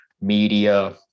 media